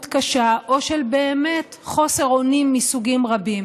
קשה או באמת חוסר אונים מסוגים רבים.